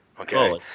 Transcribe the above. Okay